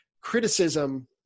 criticism